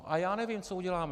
A já nevím, co uděláme.